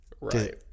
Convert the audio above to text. Right